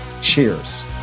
Cheers